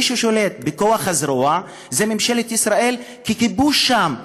מי ששולט בכוח הזרוע זה ממשלת ישראל, ככיבוש שם.